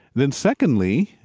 then secondly,